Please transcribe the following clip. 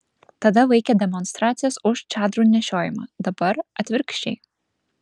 tada vaikė demonstracijas už čadrų nešiojimą dabar atvirkščiai